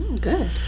Good